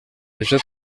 ejo